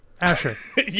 Asher